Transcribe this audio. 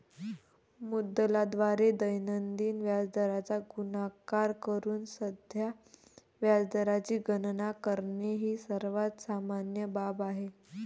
मुद्दलाद्वारे दैनिक व्याजदराचा गुणाकार करून साध्या व्याजाची गणना करणे ही सर्वात सामान्य बाब आहे